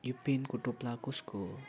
यो पेनको टोप्रा कसको हो